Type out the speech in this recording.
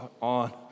on